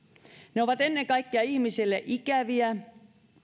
ne ovat ennen kaikkea ihmisille ikäviä